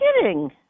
kidding